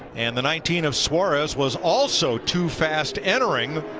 and the nineteen of suarez was also too fast entering